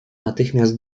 natychmiast